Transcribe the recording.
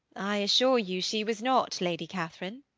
i assure you she was not, lady catherine.